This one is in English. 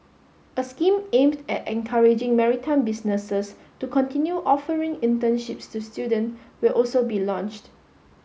a scheme aimed at encouraging maritime businesses to continue offering internships to student will also be launched